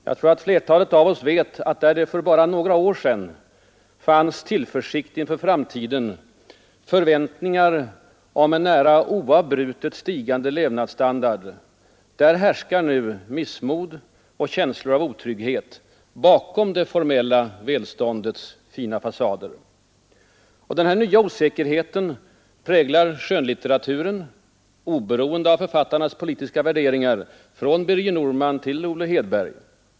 Jag tror att flertalet av oss vet att där det för bara några år sedan fanns tillförsikt inför framtiden, förväntningar om en nära oavbrutet stigande levnadsstandard, där härskar nu missmod och känslor av otrygghet bakom det formella välståndets fina fasader. Den här nya osäkerheten präglar skönlitteraturen, oberoende av författarnas politiska värderingar — från Birger Norman till Olle Hedberg.